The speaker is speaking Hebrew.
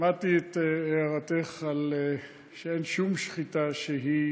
שמעתי את הערתך על שאין שום שחיטה שהיא